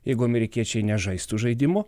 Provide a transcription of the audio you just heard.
jeigu amerikiečiai nežaistų žaidimų